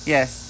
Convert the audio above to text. Yes